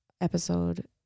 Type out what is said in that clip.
episode